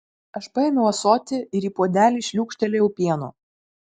aš paėmiau ąsotį ir į puodelį šliūkštelėjau pieno